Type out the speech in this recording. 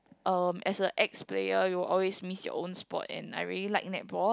um as a ex player you will always missed your own sport and I really like netball